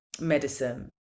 medicine